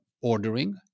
ordering